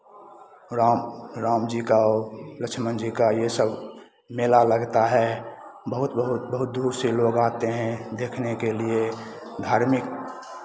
राम राम जी का लक्ष्मण जी का ये सब मेला लगता है बहुत बहुत बहुत दूर से लोग आते हैं देखने के लिये धार्मिक